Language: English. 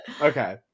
Okay